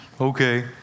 Okay